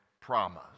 promise